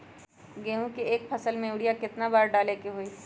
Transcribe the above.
गेंहू के एक फसल में यूरिया केतना बार डाले के होई?